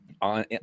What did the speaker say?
on